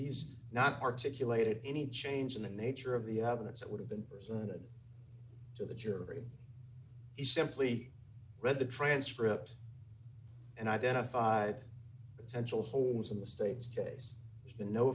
he's not articulated any change in the nature of the evidence that would have been presented to the jury he simply read the transcript and identified essential holes in the state's case there's been no